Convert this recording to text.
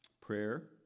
Prayer